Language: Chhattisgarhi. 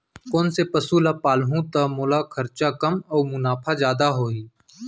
कोन से पसु ला पालहूँ त मोला खरचा कम अऊ मुनाफा जादा होही?